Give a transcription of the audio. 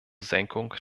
senkung